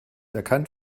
erkannt